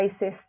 racist